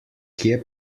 kje